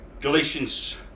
Galatians